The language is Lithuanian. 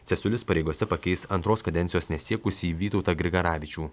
cesiulis pareigose pakeis antros kadencijos nesiekusį vytautą grigaravičių